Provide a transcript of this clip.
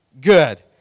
good